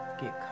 get